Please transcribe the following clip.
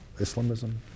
Islamism